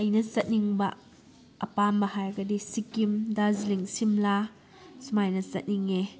ꯑꯩꯅ ꯆꯠꯅꯤꯡꯕ ꯑꯄꯥꯝꯕ ꯍꯥꯏꯔꯒꯗꯤ ꯁꯤꯀꯤꯝ ꯗꯥꯔꯖꯤꯂꯤꯡ ꯁꯤꯝꯂꯥ ꯁꯨꯃꯥꯏꯅ ꯆꯠꯅꯤꯡꯑꯦ